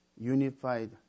unified